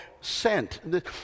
sent